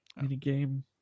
minigame